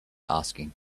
asking